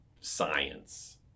science